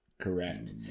correct